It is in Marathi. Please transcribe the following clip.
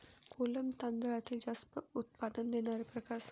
कोलम तांदळातील जास्त उत्पादन देणारे प्रकार सांगा